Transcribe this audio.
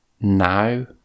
now